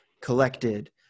collected